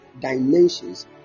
dimensions